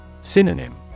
Synonym